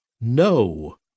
No